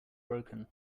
broken